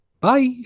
bye